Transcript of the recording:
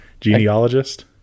Genealogist